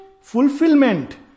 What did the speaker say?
fulfillment